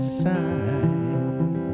side